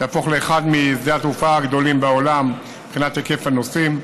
הוא יהפוך לאחד משדות התעופה הגדולים בעולם מבחינת היקף הנוסעים,